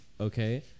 okay